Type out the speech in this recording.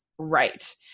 right